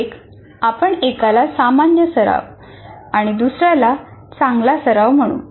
एक आपण एकाला "सामान्य सराव" आणि दुसऱ्याला "चांगला सराव" म्हणू